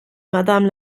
madame